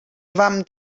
vam